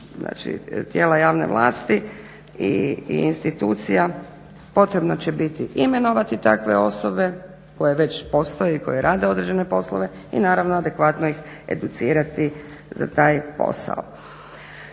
tijela javne vlasti i institucija potrebno će biti imenovati takve osobe koje već postoje i koje rade određene poslove i naravno adekvatno ih educirati za taj posao.